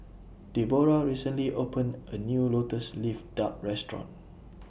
Deborrah recently opened A New Lotus Leaf Duck Restaurant